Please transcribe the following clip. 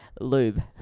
lube